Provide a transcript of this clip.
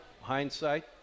hindsight